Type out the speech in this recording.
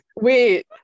wait